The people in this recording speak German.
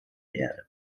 erde